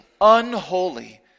unholy